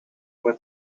what